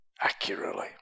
accurately